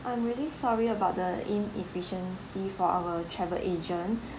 I'm really sorry about the inefficiency for our travel agent